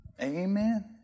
Amen